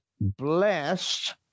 Blessed